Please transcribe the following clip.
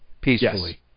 peacefully